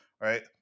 Right